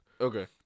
Okay